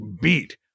beat